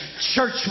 church